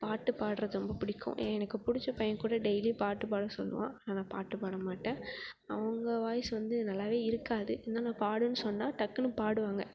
பாட்டு பாடுறது ரொம்ப பிடிக்கும் எனக்கு பிடிச்ச பையன் கூட டெய்லி பாட்டுப்பாட சொல்லுவான் ஆனால் பாட்டு பாட மாட்டேன் அவங்க வாய்ஸ் வந்து நல்லாவே இருக்காது இருத்தாலும் நான் பாடுன்னு சொன்னால் டக்குன்னு பாடுவாங்க